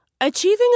Achieving